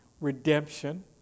redemption